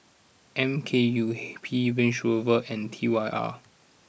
M K U P Range Rover and T Y R